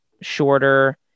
shorter